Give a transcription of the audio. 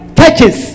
churches